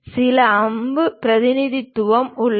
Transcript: சில அம்பு பிரதிநிதித்துவம் உள்ளது